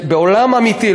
בעולם אמיתי,